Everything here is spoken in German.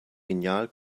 genial